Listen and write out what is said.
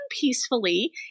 peacefully